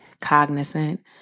cognizant